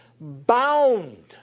bound